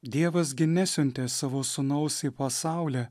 dievas gi nesiuntė savo sūnaus į pasaulį